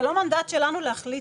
זה לא מנדט שלנו להחליט.